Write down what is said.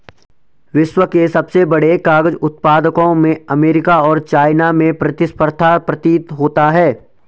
विश्व के सबसे बड़े कागज उत्पादकों में अमेरिका और चाइना में प्रतिस्पर्धा प्रतीत होता है